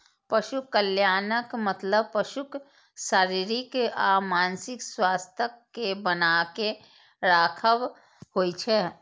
पशु कल्याणक मतलब पशुक शारीरिक आ मानसिक स्वास्थ्यक कें बनाके राखब होइ छै